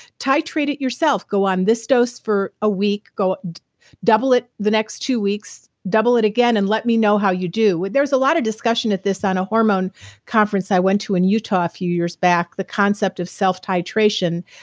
titrate it yourself. go on this dose for a week double it the next two weeks. double it again and let me know how you do. there's a lot of discussion at this on a hormone conference i went to in utah a few years back, the concept of self-titration,